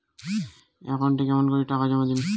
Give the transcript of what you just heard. একাউন্টে কেমন করি টাকা জমা দিম?